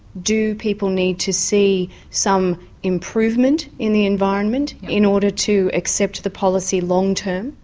do people need to see some improvement in the environment in order to accept the policy long term?